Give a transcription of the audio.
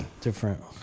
Different